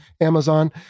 Amazon